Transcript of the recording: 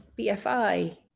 BFI